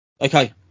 okay